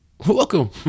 Welcome